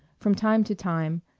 from time to time,